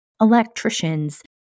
electricians